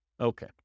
Okay